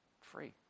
free